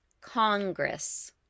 Congress